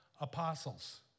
apostles